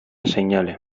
seinale